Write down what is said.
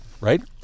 right